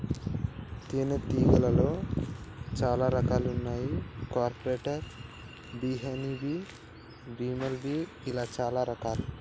తేనే తీగలాల్లో చాలా రకాలు వున్నాయి carpenter bee honey bee, bumble bee ఇలా చాలా రకాలు